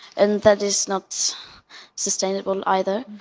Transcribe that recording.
and that is not sustainable either.